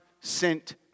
sent